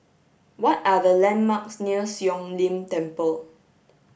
what are the landmarks near Siong Lim Temple